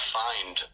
find